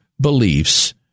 beliefs